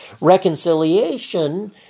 Reconciliation